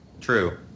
True